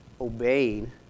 obeying